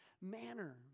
manner